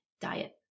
diet